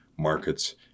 markets